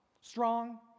Strong